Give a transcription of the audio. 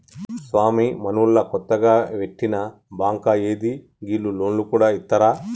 స్వామీ, మనూళ్ల కొత్తగ వెట్టిన బాంకా ఏంది, గీళ్లు లోన్లు గూడ ఇత్తరా